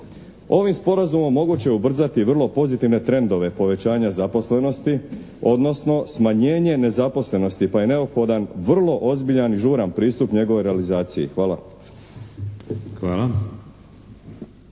Ovim sporazumom moguće je ubrzati vrlo pozitivne trendove povećanja zaposlenosti, odnosno smanjenje nezaposlenosti pa je neophodan vrlo ozbiljan i žuran pristup njegovog realizaciji. Hvala.